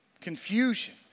Confusion